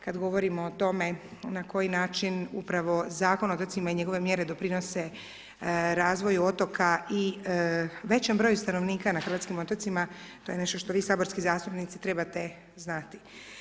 Kad govorimo o tome na koji način upravo Zakon o otocima i njegove mjere doprinose razvoju otoka i većem broju stanovnika na hrvatskim otocima to je nešto što vi saborski zastupnici trebate znati.